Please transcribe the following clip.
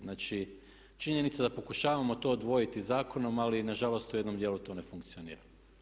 Znači, činjenica je da pokušavamo to odvojiti zakonom ali nažalost u jednom dijelu to ne funkcionira.